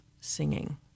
singing